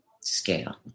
scale